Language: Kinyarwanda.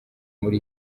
muri